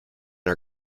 our